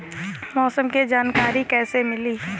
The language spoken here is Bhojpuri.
मौसम के जानकारी कैसे मिली?